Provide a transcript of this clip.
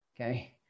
Okay